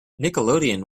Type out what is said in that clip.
nickelodeon